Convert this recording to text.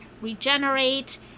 regenerate